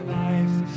life